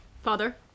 Father